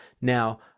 Now